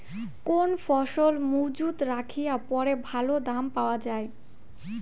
কোন ফসল মুজুত রাখিয়া পরে ভালো দাম পাওয়া যায়?